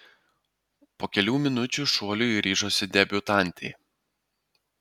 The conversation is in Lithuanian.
po kelių minučių šuoliui ryžosi debiutantė